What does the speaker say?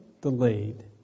delayed